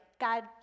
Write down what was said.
God